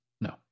No